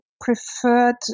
preferred